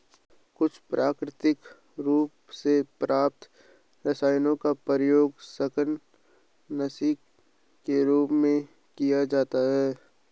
कुछ प्राकृतिक रूप से प्राप्त रसायनों का प्रयोग शाकनाशी के रूप में किया जाता है